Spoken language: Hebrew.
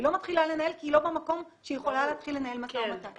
היא לא מתחילה לנהל כי היא לא במקום שהיא יכולה להתחיל לנהל משא ומתן.